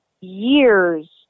years